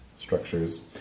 structures